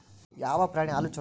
ಯಾವ ಪ್ರಾಣಿ ಹಾಲು ಛಲೋ?